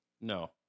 No